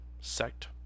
sect